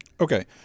Okay